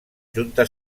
junta